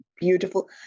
beautiful